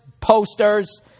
posters